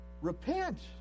Repent